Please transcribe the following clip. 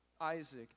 Isaac